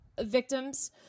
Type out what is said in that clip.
victims